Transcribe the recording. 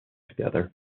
together